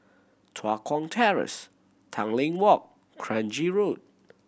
Tua Kong Terrace Tanglin Walk Kranji Road